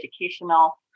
educational